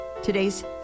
Today's